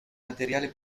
materiale